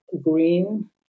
green